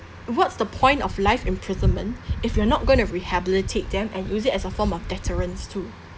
what's the point of life imprisonment if you're not going to rehabilitate them and use it as a form of deterrence too